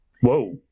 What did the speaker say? Whoa